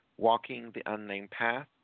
walkingtheunnamedpath